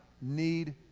need